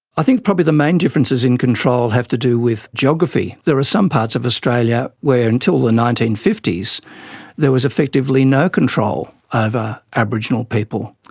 i think probably the main differences in control have to do with geography. there are some parts of australia where until the nineteen fifty s there was effectively no control over ah aboriginal people,